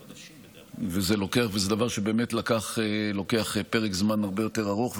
זה דבר שבאמת לוקח פרק זמן הרבה יותר ארוך,